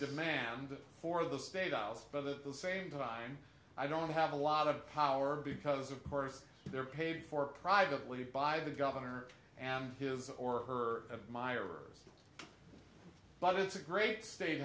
demand for the state of the same time i don't have a lot of power because of course they're paid for privately by the governor and his or her admirers but it's a great state